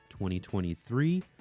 2023